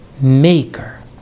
maker